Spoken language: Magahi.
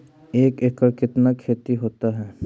एक एकड़ कितना खेति होता है?